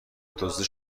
دزدیده